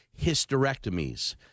hysterectomies